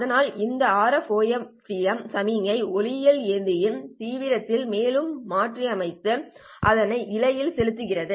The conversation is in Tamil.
அதனால் இந்த RF OFDM சமிக்ஞையை ஒளியியல் ஏந்தியின் தீவிரத்தில் மேலும் மாற்றி அமைத்து அதனை இழை ல் செலுத்தும்